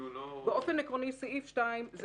באופן עקרוני, סעיף 2 הוא